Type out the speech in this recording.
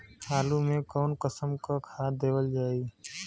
आलू मे कऊन कसमक खाद देवल जाई?